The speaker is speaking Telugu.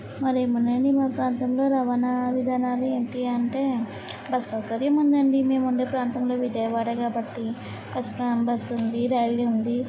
మరి ఏం ఉన్నాయండి మా ప్రాంతంలో రవాణా విధానాలు ఏంటి అంటే బస్సు సౌకర్యం ఉందండి మేము ఉండే ప్రాంతంలో విజయవాడ కాబట్టి బస్సు ప్ర బస్ ఉంది రైల్ ఉంది